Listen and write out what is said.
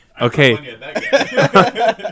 Okay